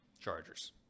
Chargers